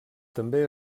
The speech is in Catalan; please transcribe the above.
també